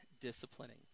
disciplining